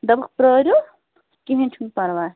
دَپُکھ پرٲرِو کٕہٕنٛۍ چھُنہٕ پَرواے